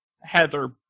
Heather